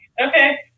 Okay